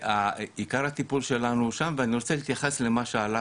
עיקר הטיפול שלנו הוא שם ואני רוצה להתייחס למה שעלה,